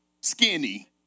skinny